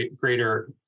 greater